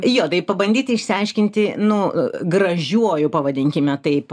jo tai pabandyti išsiaiškinti nu gražiuoju pavadinkime taip